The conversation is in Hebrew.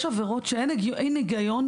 יש עבירות שאין בהן היגיון,